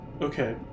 Okay